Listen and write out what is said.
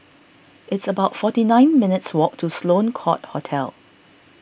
it's about forty nine minutes' walk to Sloane Court Hotel